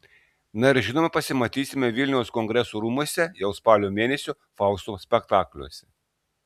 na ir žinoma pasimatysime vilniaus kongresų rūmuose jau spalio mėnesio fausto spektakliuose